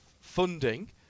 funding